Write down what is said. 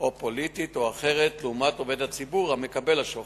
או פוליטית או אחרת לעומת עובד הציבור מקבל השוחד,